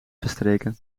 verstreken